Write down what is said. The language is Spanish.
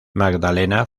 magdalena